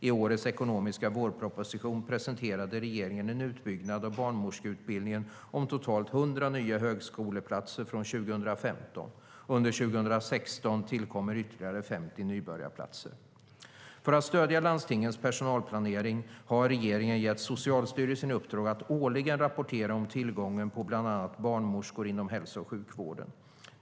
I årets ekonomiska vårproposition presenterade regeringen en utbyggnad av barnmorskeutbildningen om totalt 100 nya högskoleplatser från 2015. Under 2016 tillkommer ytterligare 50 nybörjarplatser. För att stödja landstingens personalplanering har regeringen gett Socialstyrelsen i uppdrag att årligen rapportera om tillgången på bland annat barnmorskor inom hälso och sjukvården.